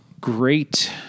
great